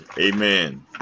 Amen